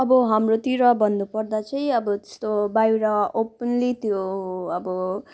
अब हाम्रोतिर भन्नुपर्दा चाहिँ अब त्यस्तो बाहिर ओपनली त्यो अब